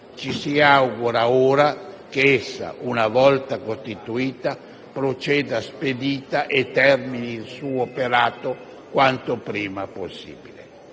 Ci si augura ora che essa, una volta costituita, proceda spedita e termini il suo operato quanto prima possibile.